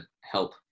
help